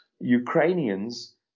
Ukrainians